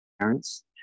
parents